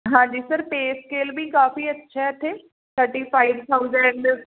ਹਾਂਜੀ sir pay scale ਵੀ ਕਾਫੀ ਅੱਛਾ ਇੱਥੇ ਥਰਟੀ ਫਾਇਵ ਥਾਊਜ਼ੈਂਡ